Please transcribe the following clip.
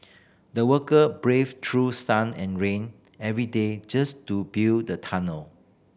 the worker braved through sun and rain every day just to build the tunnel